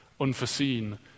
unforeseen